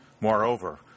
Moreover